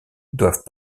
doivent